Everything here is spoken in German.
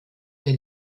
der